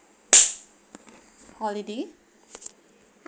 holiday